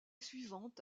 suivante